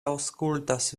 aŭskultas